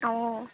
অঁ